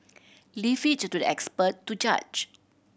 leave it to the expert to judge